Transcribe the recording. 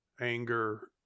anger